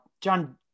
John